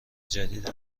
جدید